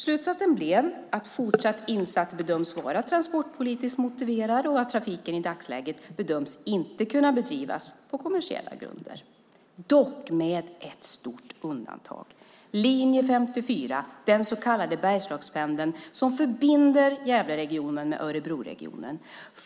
Slutsatsen blev att fortsatta insatser bedöms vara transportpolitiskt motiverade och att trafiken i dagsläget inte bedöms kunna bedrivas på kommersiella grunder dock med ett stort undantag, nämligen linje 54, den så kallade Bergslagspendeln som förbinder Gävleregionen med Örebroregionen.